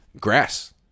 Grass